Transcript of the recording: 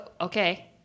okay